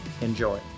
Enjoy